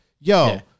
yo